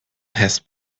has